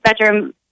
bedroom